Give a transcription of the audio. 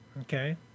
Okay